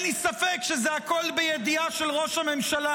אין לי ספק שהכול היה בידיעה של ראש הממשלה.